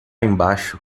embaixo